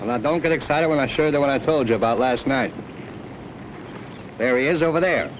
and i don't get excited when i'm sure that what i told you about last night areas over there